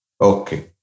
Okay